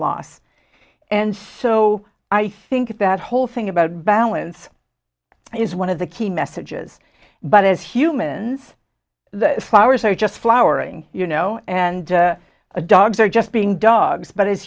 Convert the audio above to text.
loss and so i think that whole thing about balance is one of the key messages but as humans the flowers are just flowering you know and a dogs are just being dogs but as